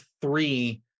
three